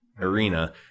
arena